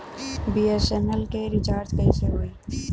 BSNL के recharge कैसे होयी?